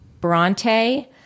Bronte